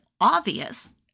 obvious